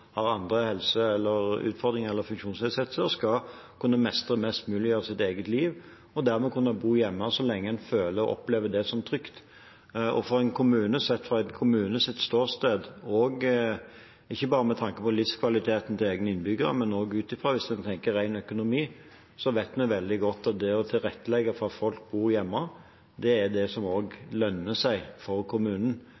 har andre helseutfordringer eller funksjonsnedsettelser, skal kunne mestre mest mulig av sitt eget liv og dermed kunne bo hjemme så lenge man føler og opplever det som trygt. Sett fra en kommunes ståsted, og ikke bare med tanke på livskvaliteten til egne innbyggere, men også ut fra hvis man tenker ren økonomi, vet vi veldig godt at det å tilrettelegge for at folk bor hjemme, også er det som lønner seg for kommunen. Selv om det betyr at man må ha omfattende hjemmetjeneste og